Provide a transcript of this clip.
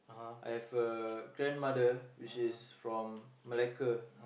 I have a grandmother which is from Malacca